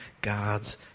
God's